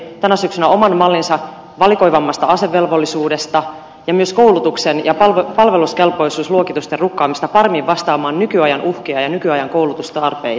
vihreät esitteli tänä syksynä oman mallinsa valikoivammasta asevelvollisuudesta ja myös koulutuksen ja palveluskelpoisuusluokitusten rukkaamista paremmin vastaamaan nykyajan uhkia ja nykyajan koulutustarpeita